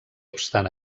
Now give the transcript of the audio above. obstant